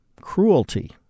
cruelty